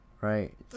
Right